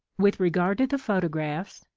with regard to the photographs,